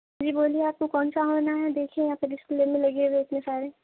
جی بولیے آپ کو کون سا ہونا ہے دیکھیے یہاں پہ ڈسپلے میں لگے ہوئے ہیں اتنے سارے